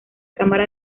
cámara